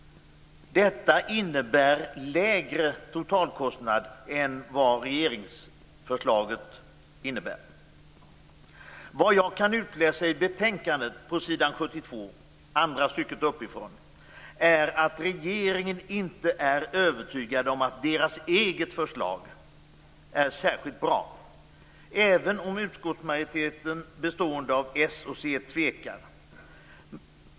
Detta innebär lägre totalkostnad än vad regeringsförslaget innebär. Vad jag kan utläsa ur betänkandet - s. 72, andra stycket uppifrån - är att regeringen inte är övertygad om att dess eget förslag är särskilt bra. Även utskottsmajoriteten, bestående av s och c, tvekar.